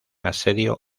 asedio